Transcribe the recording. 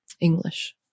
English